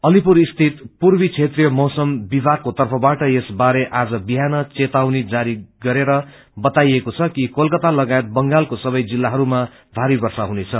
अलीपुर स्थित पूर्वी क्षेत्रीय मौसम विभागको तर्फबाट यस बारे आज बिहान चेतरवनी जारी गरेर बताइएको छ कि कोलकाता लगायत बंगालको सबै जिल्लाहरूमा भारी वर्षा हुनेछ